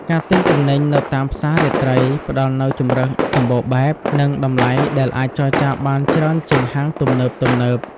ការទិញទំនិញនៅតាមផ្សាររាត្រី ផ្តល់នូវជម្រើសសំបូរបែប និងតម្លៃដែលអាចចរចាបានច្រើនជាងហាងទំនើបៗ។